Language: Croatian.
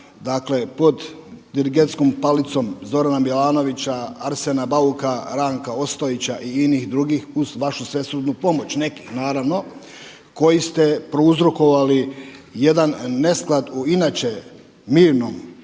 dakle pod dirigentskom palicom Zorana Milanovića, Arsena Bauka, Ranka Ostojića i inih drugih uz vašu svesrdnu pomoć, nekih naravno koji ste prouzrokovali jedan nesklad u inače mirnom